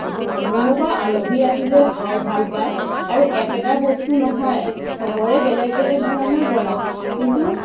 কোনোবা আলহী আহিলেও খাই ভাল পায় আৰু একেটা বস্তু নহয় চবৰে বেলেগ বেলেগ ধৰণৰ বনাওঁ কিন্তু